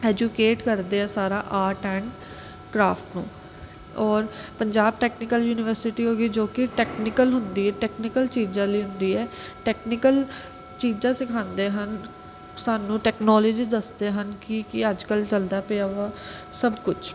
educate ਕਰਦੇ ਹੈ ਸਾਰਾ ਆਰਟ ਐਂਡ ਕਰਾਫ਼ਟ ਨੂੰ ਔਰ ਪੰਜਾਬ ਟੈਕਨੀਕਲ ਯੂਨੀਵਰਸਿਟੀ ਹੋ ਗਈ ਜੋ ਕਿ ਟੈਕਨੀਕਲ ਹੁੰਦੀ ਹੈ ਟੈਕਨੀਕਲ ਚੀਜ਼ਾਂ ਲਈ ਹੁੰਦੀ ਹੈ ਟੈਕਨੀਕਲ ਚੀਜ਼ਾਂ ਸਿਖਾਉਂਦੇ ਹਨ ਸਾਨੂੰ ਟੈਕਨੋਲੋਜੀ ਦੱਸਦੇ ਹਨ ਕੀ ਕੀ ਅੱਜ ਕੱਲ੍ਹ ਚੱਲਦਾ ਪਿਆ ਵਾ ਸਭ ਕੁਛ